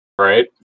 Right